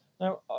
now